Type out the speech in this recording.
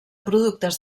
productes